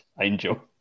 Angel